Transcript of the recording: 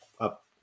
Up